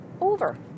over